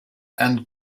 and